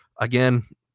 again